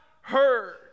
heard